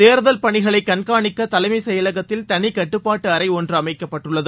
தேர்தல் பணிகளைகண்காணிக்கதலைமைசெயலகத்தில் தனிகட்டுப்பாட்டுஅறைஒன்றுஅமைக்கப்பட்டுள்ளது